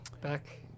back